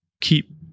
Keep